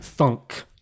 thunk